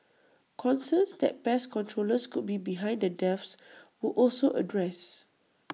concerns that pest controllers could be behind the deaths were also addressed